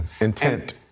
Intent